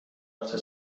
وقتی